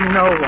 no